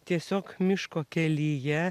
tiesiog miško kelyje